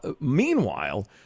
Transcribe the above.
Meanwhile